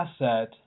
asset